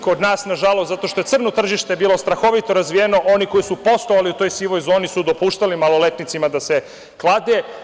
Kod nas, nažalost, zato što je crno tržište bilo strahovito razvijeno, oni koji su postojali u toj sivoj zoni su dopuštali maloletnicima da se klade.